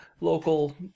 local